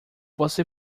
você